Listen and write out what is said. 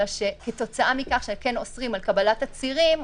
אלא שכתוצאה מכך שכן אוסרים על קבלת תצהירים,